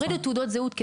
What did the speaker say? תעודות זהות,